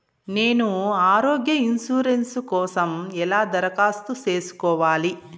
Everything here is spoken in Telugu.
నేను ఆరోగ్య ఇన్సూరెన్సు కోసం ఎలా దరఖాస్తు సేసుకోవాలి